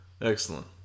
Excellent